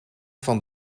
van